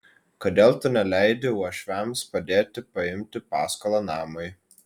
kodėl tu neleidi uošviams padėti paimti paskolą namui